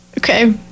Okay